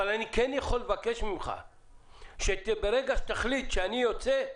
אבל אני כן יכול לבקש ממך שכאשר תחליט שאני יוצא,